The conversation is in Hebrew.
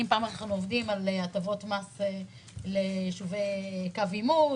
עובדים על הטבות מס ליישובי קו עימות,